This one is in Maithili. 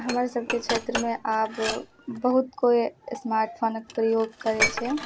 हमर सबके क्षेत्रमे आब बहुत कोइ स्मार्टफोनक प्रयोग करै छै